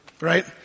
right